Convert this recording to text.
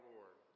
Lord